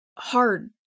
Hard